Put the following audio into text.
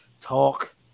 talk